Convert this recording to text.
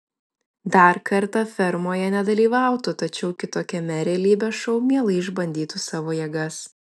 dar kartą fermoje nedalyvautų tačiau kitokiame realybės šou mielai išbandytų savo jėgas